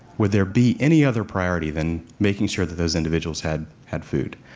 would there be any other priority than making sure that those individuals had had food.